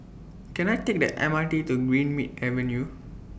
Can I Take The M R T to Greenmead Avenue